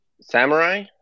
Samurai